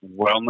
Wellness